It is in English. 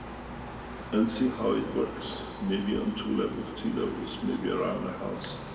and see how it works, maybe on two levels, three levels, maybe around the house.